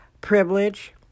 privilege